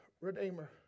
Redeemer